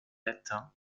latin